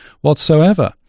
whatsoever